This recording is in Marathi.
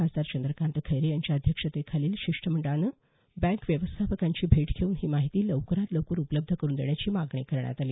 खासदार चंद्रकांत खैरे यांच्या अध्यक्षतेखालील शिष्टमंडळानं बँक व्यवस्थापनांची भेट घेऊन ही माहिती लवकरात लवकर उपलब्ध करून देण्याची मागणी करण्यात आली